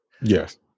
Yes